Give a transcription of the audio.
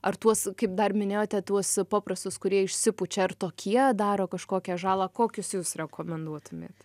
ar tuos kaip dar minėjote tuos paprastus kurie išsipučia ar tokie daro kažkokią žalą kokius jūs rekomenduotumėt